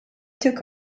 took